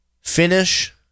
finish